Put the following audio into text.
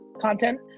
content